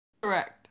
Correct